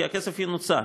כי הכסף ינוצל.